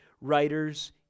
writers